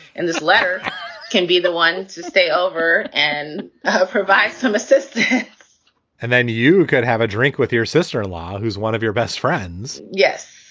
and this letter can be the one to stay over and provide some assistance and then you could have a drink with your sister in law who's one of your best friends yes.